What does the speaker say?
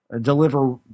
deliver